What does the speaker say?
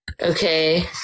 Okay